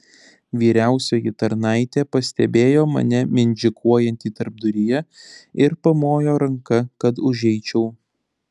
vyriausioji tarnaitė pastebėjo mane mindžikuojantį tarpduryje ir pamojo ranka kad užeičiau